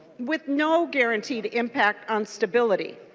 with no guaranteed impact on stability.